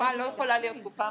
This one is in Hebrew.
שהתקופה לא יכולה מאוד ארוכה.